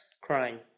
crime